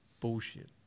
Bullshit